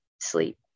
sleep